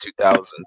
2000s